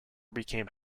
became